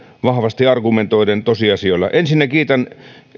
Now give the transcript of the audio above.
vahvasti argumentoiden tosiasioilla ensinnä kiitän